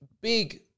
big